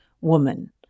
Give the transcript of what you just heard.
woman